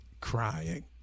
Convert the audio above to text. crying